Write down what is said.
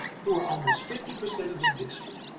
who are almost fifty percent of the district,